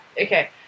Okay